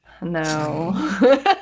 no